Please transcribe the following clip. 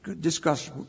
discuss